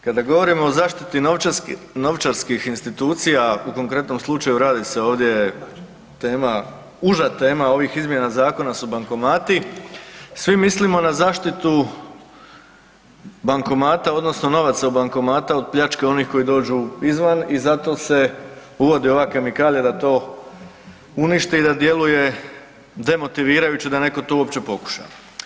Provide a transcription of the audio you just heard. Kada govorimo o zaštiti novčarskih institucija u konkretnom slučaju radi se ovdje je tema, uža tema ovih izmjena zakona su bankomati svi mislimo na zaštiti bankomata odnosno novaca u bankomatu od pljačke onih koji dođu izvan i zato se uvodi ova kemikalija da to uništi i da djeluje demotivirajuće da netko to uopće pokuša.